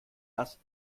das